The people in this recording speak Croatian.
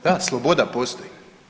Da, sloboda postoji.